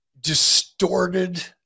distorted